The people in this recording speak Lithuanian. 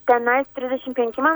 tenais trisdešim penki man